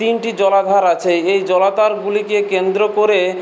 তিনটি জলাধার আছে এই জলাধারগুলিকে কেন্দ্র করে